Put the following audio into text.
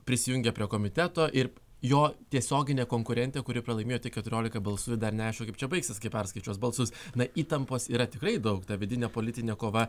prisijungė prie komiteto ir jo tiesioginė konkurentė kuri pralaimėjo tik keturiolika balsų ir dar neaišku kaip čia baigsis kai perskaičiuos balsus na įtampos yra tikrai daug ta vidinė politinė kova